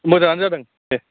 मोजाङानो जादों दे